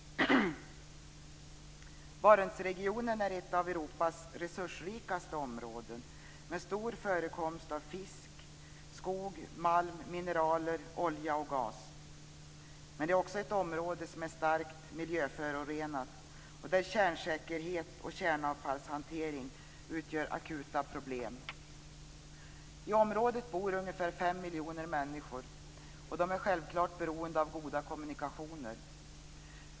Barentsregionen är ett av Europas resursrikaste områden med stor förekomst av fisk, skog, malm, mineraler, olja och gas. Men det är också ett område som är starkt miljöförorenat och där kärnsäkerhet och kärnavfallshantering utgör akuta problem. I området bor ungefär fem miljoner människor. De är självfallet beroende av goda kommunikationer.